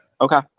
Okay